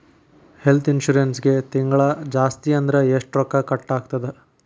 ಹೆಲ್ತ್ಇನ್ಸುರೆನ್ಸಿಗೆ ತಿಂಗ್ಳಾ ಜಾಸ್ತಿ ಅಂದ್ರ ಎಷ್ಟ್ ರೊಕ್ಕಾ ಕಟಾಗ್ತದ?